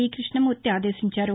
ఈ కృష్ణమూర్తి ఆదేశించారు